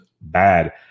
bad